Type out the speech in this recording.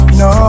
no